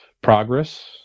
progress